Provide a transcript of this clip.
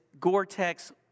Gore-Tex